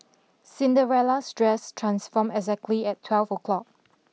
Cinderella's dress transformed exactly at twelve o'clock